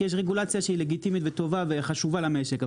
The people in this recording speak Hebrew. כי יש רגולציה שהיא לגיטימית וטובה וחשובה למשרק,